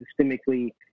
systemically